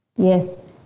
Yes